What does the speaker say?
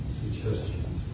suggestions